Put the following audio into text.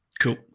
Cool